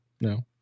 No